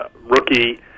rookie